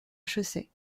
chaussée